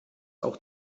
auch